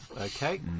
Okay